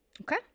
okay